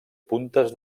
puntes